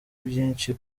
byinshi